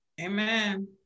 Amen